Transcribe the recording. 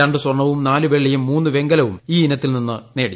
രണ്ട് സ്വർണ്ണവും നാല് വെള്ളിയും മൂന്ന് വെങ്കലവും ഈ ഇനത്തിൽ നിന്നും നേടി